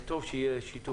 וטוב שיהיה שיתוף פעולה.